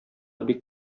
бик